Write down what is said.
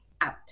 out